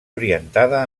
orientada